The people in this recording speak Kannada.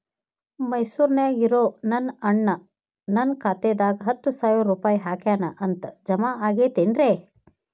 ಮೈಸೂರ್ ನ್ಯಾಗ್ ಇರೋ ನನ್ನ ಅಣ್ಣ ನನ್ನ ಖಾತೆದಾಗ್ ಹತ್ತು ಸಾವಿರ ರೂಪಾಯಿ ಹಾಕ್ಯಾನ್ ಅಂತ, ಜಮಾ ಆಗೈತೇನ್ರೇ?